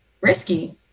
risky